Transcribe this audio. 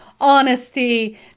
honesty